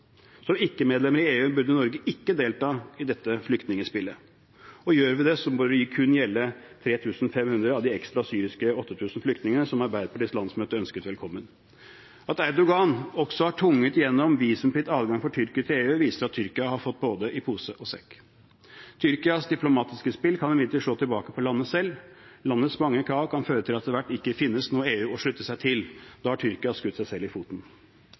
i EU burde Norge ikke delta i dette flyktningspillet. Og gjør vi det, må det kun gjelde 3 500 av de ekstra syriske 8 000 flyktningene som Arbeiderpartiets landsmøte ønsket velkommen. At Erdogan også har tvunget gjennom visumfri adgang for tyrkere til EU, viser at Tyrkia har fått i både pose og sekk. Tyrkias diplomatiske spill kan imidlertid slå tilbake på landet selv. Landets mange krav kan føre til at det etter hvert ikke finnes noe EU å slutte seg til. Da har Tyrkia skutt seg selv i foten.